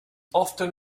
often